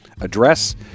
address